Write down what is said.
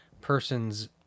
person's